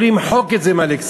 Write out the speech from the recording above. או למחוק את זה מהלקסיקון?